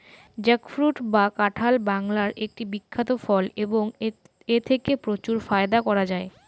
jackfruit বা কাঁঠাল বাংলার একটি বিখ্যাত ফল এবং এথেকে প্রচুর ফায়দা করা য়ায়